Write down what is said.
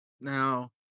now